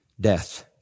death